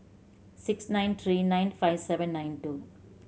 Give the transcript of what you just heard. six nine three nine five seven nine two